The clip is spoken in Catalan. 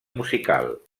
musical